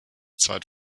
zeit